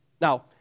Now